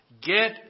Get